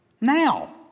Now